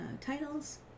titles